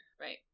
Right